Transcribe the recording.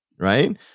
right